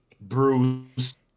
Bruce